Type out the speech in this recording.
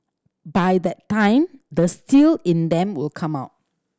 by that time the steel in them will come out